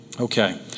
Okay